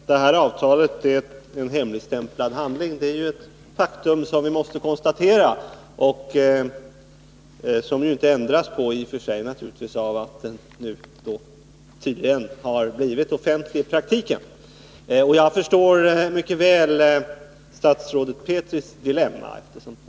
Fru talman! Att avtalet är en hemligstämplad handling är ett faktum som vi måste konstatera och som naturligtvis inte ändras av att det nu tydligen i praktiken blivit offentligt. Jag förstår mycket väl statsrådet Petris dilemma.